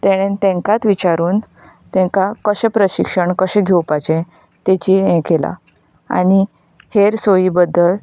ताणें तांकांच विचारून तांकां कशें प्रशिक्षण कशें घंवपाचें तेची हें केलां आनी हेर सोयी बद्दल